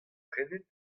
prenet